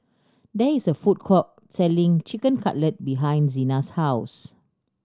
there is a food court selling Chicken Cutlet behind Xena's house